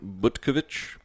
Butkovich